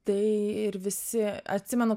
tai ir visi atsimenu